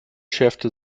schärfte